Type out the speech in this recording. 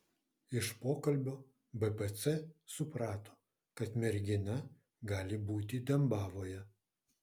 iš pokalbio bpc suprato kad mergina gali būti dembavoje